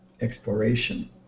exploration